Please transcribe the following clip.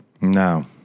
No